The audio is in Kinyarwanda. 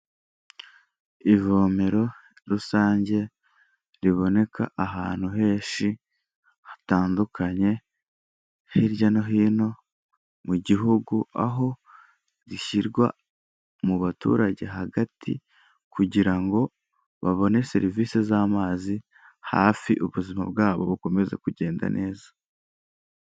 Ivomero rusange riboneka ahantu henshi hatandukanye, hirya no hino mu gihugu, aho rishyirwa mu baturage hagati kugira ngo babone serivisi z'amazi hafi, ubuzima bwabo bukomeze kugenda neza.